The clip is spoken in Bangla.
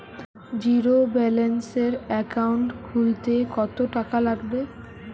জিরোব্যেলেন্সের একাউন্ট খুলতে কত টাকা লাগবে?